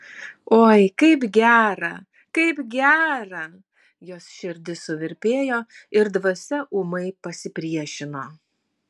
oi kaip gera kaip gera jos širdis suvirpėjo ir dvasia ūmai pasipriešino